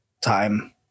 time